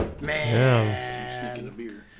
Man